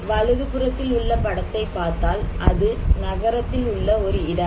வலது புறத்தில் உள்ள படத்தை பார்த்தால் அது நகரத்தில் உள்ள ஒரு இடம்